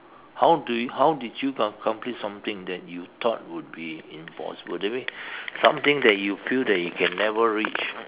how do you how did you accomplish something that you thought would be impossible that means something that you feel that you can never reach